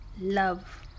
Love